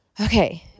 okay